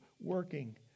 working